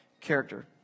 character